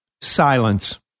Silence